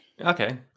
okay